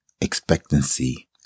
expectancy